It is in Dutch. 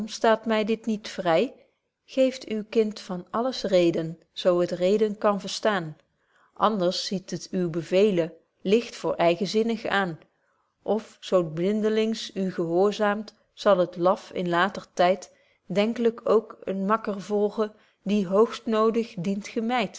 staat my dit niet vry geeft uw kind van alles reden zo het reden kan verstaan anders ziet het uw bevelen ligt voor eigenzinnig aan of zo t blindling u gehoorzaamt zal het laf in laater tyd denklyk ook een makker volgen die hoogstnodig dient